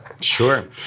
sure